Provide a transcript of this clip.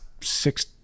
six